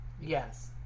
Yes